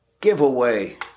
giveaway